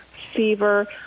fever